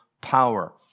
power